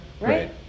right